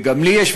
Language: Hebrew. וגם לי יש,